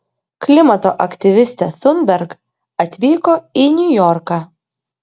klimato aktyvistė thunberg atvyko į niujorką